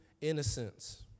innocence